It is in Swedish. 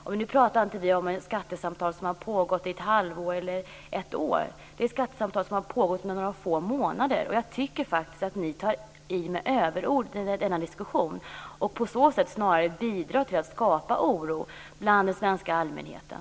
Och nu talar vi inte om skattesamtal som har pågått ett halvår eller ett år utan om skattesamtal som har pågått några få månader. Jag tycker faktiskt att ni tar till överord i denna diskussion och på det sättet snarare bidrar till att skapa oro hos den svenska allmänheten.